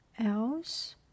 else